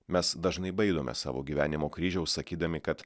mes dažnai baidomės savo gyvenimo kryžiaus sakydami kad